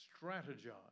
Strategize